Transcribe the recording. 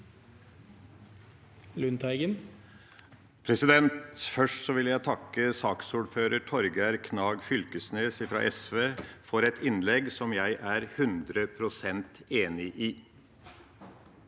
Først vil jeg takke saksordfører Torgeir Knag Fylkesnes fra SV for et innlegg som jeg er 100 pst. enig i.